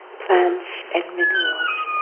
plants and minerals.